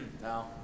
No